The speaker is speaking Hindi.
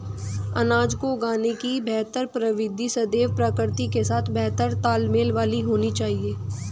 अनाज को उगाने की बेहतर प्रविधि सदैव प्रकृति के साथ बेहतर तालमेल वाली होनी चाहिए